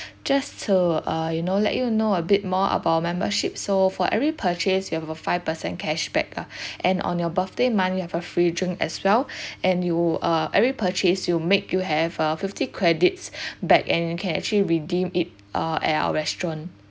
just to uh you know let you know a bit more about our membership so for every purchase you have a five percent cashback ah and on your birthday month you have a free drink as well and you uh every purchase you make you have uh fifty credits back and you can actually redeem it uh at our restaurant